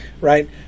Right